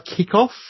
kickoff